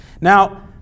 Now